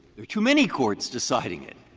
there are too many courts deciding it.